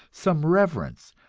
some reverence,